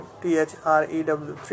threw